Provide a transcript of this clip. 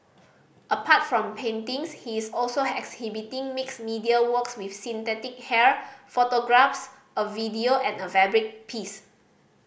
apart from paintings he is also exhibiting mixed media works with synthetic hair photographs a video and a fabric piece